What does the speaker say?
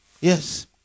Yes